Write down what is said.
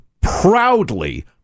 proudly